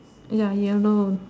ya yellow